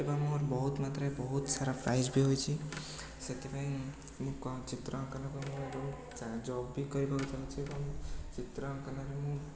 ଏବଂ ମୋର ବହୁତ ମାତ୍ରାରେ ବହୁତ ସାରା ପ୍ରାଇଜ୍ ବି ହୋଇଛି ସେଥିପାଇଁ ମୁଁ କମ୍ ଚିତ୍ର ଅଙ୍କନରେ ମୁଁ ବି ଚା' ଜବ୍ କରିବାକୁ ଚାହୁଁଛି ଏବଂ ଚିତ୍ର ଅଙ୍କନରେ ମୁଁ